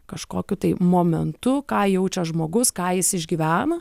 kažkokiu tai momentu ką jaučia žmogus ką jis išgyvena